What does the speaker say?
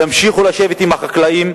ימשיכו לשבת עם החקלאים,